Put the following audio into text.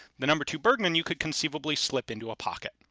the number two bergmann you could conceivably slip into a pocket,